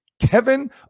Kevin